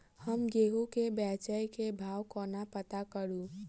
हम गेंहूँ केँ बेचै केँ भाव कोना पत्ता करू?